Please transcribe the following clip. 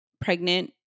pregnant